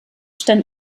stand